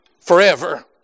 forever